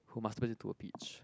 who masturbated to a peach